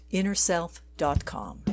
InnerSelf.com